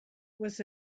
was